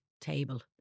table